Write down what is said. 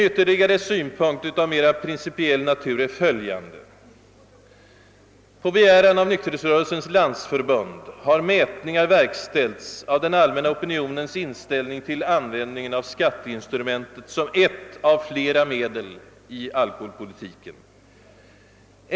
Ytterligare en synpunkt av mer principiell natur är följande. På begäran av Nykterhetsrörelsens landsförbund har mätningar verkställts av den allmänna opinionens inställning till användningen av skatteinstrumentet som ett av flera medel i alkoholpolitiken.